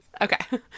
Okay